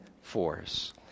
force